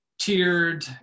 tiered